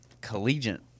collegiate